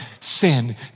Sin